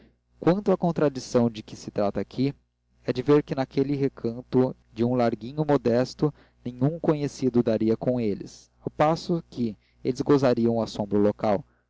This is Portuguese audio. quanto à contradição de que se trata aqui é de ver que naquele recanto de um larguinho modesto nenhum conhecido daria com eles ao passo que eles gozariam o assombro local